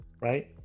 right